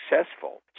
successful